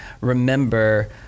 remember